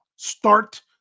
Start